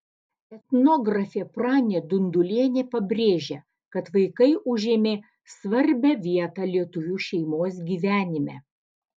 etnografė pranė dundulienė pabrėžia kad vaikai užėmė svarbią vietą lietuvių šeimos gyvenime